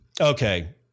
Okay